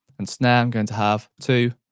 and snare i'm going to have two,